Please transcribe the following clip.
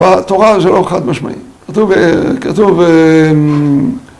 בתורה זה לא חד משמעי, כתוב